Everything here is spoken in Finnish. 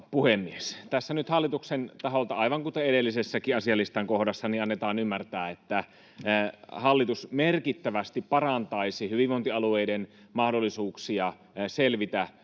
Tässä nyt hallituksen taholta, aivan kuten edellisessäkin asialistan kohdassa, annetaan ymmärtää, että hallitus merkittävästi parantaisi hyvinvointialueiden mahdollisuuksia selvitä